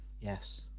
yes